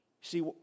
See